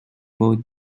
both